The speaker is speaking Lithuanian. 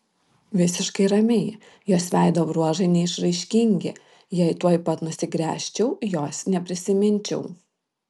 visiškai ramiai jos veido bruožai neišraiškingi jei tuoj pat nusigręžčiau jos neprisiminčiau